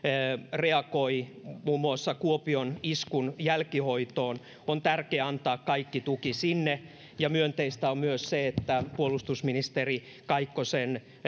reagoi muun muassa kuopion iskun jälkihoitoon on tärkeää antaa kaikki tuki sinne myönteistä on myös se että puolustusministeri kaikkosen